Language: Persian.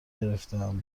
گرفتم